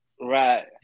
Right